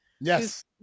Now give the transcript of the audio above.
Yes